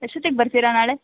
ಎಷ್ಟೊತ್ತಿಗೆ ಬರ್ತೀರಾ ನಾಳೆ